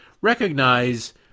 recognize